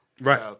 Right